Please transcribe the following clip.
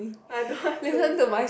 I don't want to listen